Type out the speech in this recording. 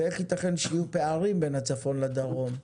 ואיך יתכן שיהיו פערים בין הצפון לדרום?